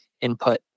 input